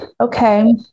Okay